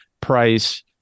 price